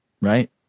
right